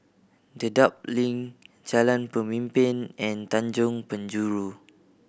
Dedap Link Jalan Pemimpin and Tanjong Penjuru